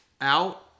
out